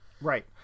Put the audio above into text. Right